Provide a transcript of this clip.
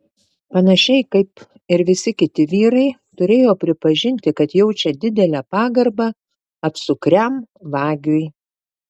panašiai kaip ir visi kiti vyrai turėjo pripažinti kad jaučia didelę pagarbą apsukriam vagiui